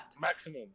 Maximum